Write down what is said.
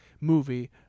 movie